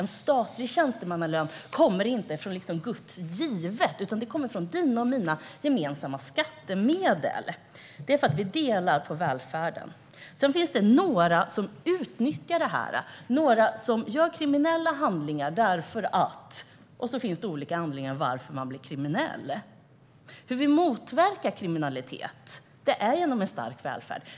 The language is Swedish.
En statlig tjänstemannalön är inte given av Gud, utan den kommer från dina och mina gemensamma skattemedel. Vi delar på välfärden. Sedan finns det några som utnyttjar systemet och begår kriminella handlingar. Och sedan finns det olika anledningar till att man blir kriminell. Vi motverkar kriminaliteten genom en stark välfärd.